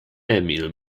emil